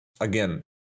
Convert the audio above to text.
again